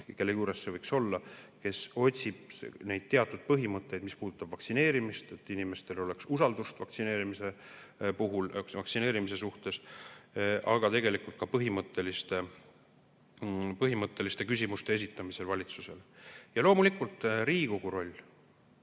kelle juures see võiks olla, kes otsib neid teatud põhimõtteid, mis puudutavad vaktsineerimist, et inimestel oleks usaldust vaktsineerimise suhtes, aga tegelikult [on see oluline] ka põhimõtteliste küsimuste esitamise mõttes valitsusele. Ja loomulikult Riigikogu roll.